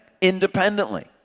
independently